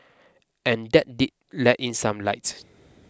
and that did let in some light